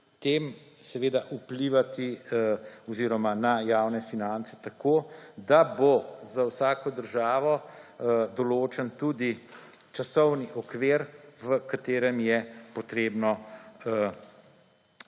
in s tem vplivati na javne finance tako, da bo za vsako državo določen tudi časovni okvir, v katerem je treba